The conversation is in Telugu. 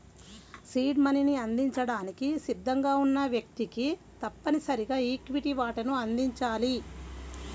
సీడ్ మనీని అందించడానికి సిద్ధంగా ఉన్న వ్యక్తికి తప్పనిసరిగా ఈక్విటీ వాటాను అందించాలి